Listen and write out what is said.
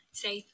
say